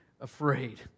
afraid